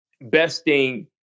besting